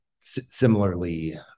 similarly